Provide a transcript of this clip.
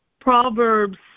Proverbs